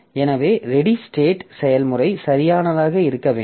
எனவே ready state செயல்முறை சரியானதாக இருக்க வேண்டும்